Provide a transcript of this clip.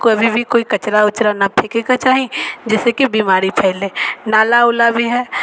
कभी भी कोइ कचरा उचरा ना फेंके के चाही जैसेकि बीमारी फैलय नाला उला भी है तऽ